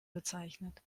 bezeichnet